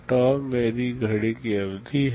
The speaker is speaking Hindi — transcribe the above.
tau मेरी घड़ी की अवधि है